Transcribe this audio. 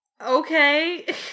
Okay